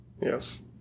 Yes